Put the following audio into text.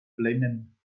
flennen